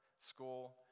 School